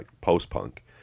post-punk